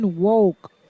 Woke